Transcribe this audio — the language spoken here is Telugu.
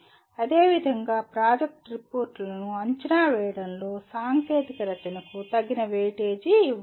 అదేవిధంగా ప్రాజెక్ట్ రిపోర్టులను అంచనా వేయడంలో సాంకేతిక రచనకు తగిన వెయిటేజీ ఇవ్వాలి